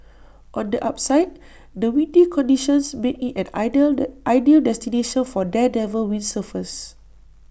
on the upside the windy conditions make IT an ideal ideal destination for daredevil windsurfers